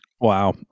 Wow